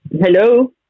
Hello